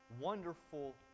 wonderful